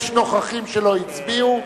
יש נוכחים שלא הצביעו.